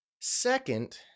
Second